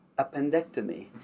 appendectomy